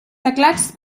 teclats